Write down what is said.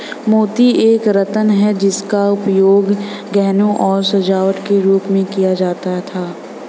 मोती एक रत्न है जिसका उपयोग गहनों और सजावट के रूप में किया जाता था